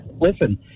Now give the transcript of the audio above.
listen